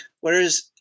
Whereas